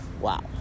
Wow